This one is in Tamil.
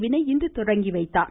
வினய் இன்று தொடங்கி வைத்தார்